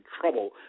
trouble